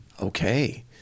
Okay